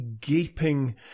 gaping